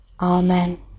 Amen